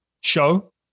show